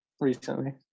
recently